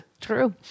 True